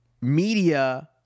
media